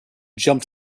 jumped